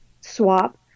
swap